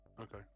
Okay